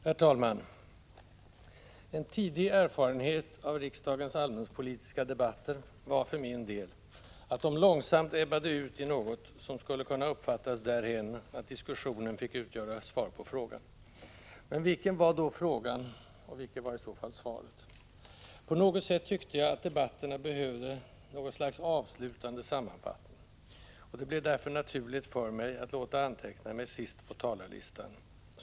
Herr talman! En tidig erfarenhet av riksdagens allmänpolitiska debatter var för min del att de långsamt ebbade ut i något som skulle kunna uppfattas därhän att diskussionen fick utgöra svar på frågan. Men vilken var då frågan? Och vilket var i så fall svaret? På något sätt tyckte jag då att debatterna behövde något slags avslutande sammanfattning. Det blev därför naturligt för mig att låta anteckna mig sist på talarlistan.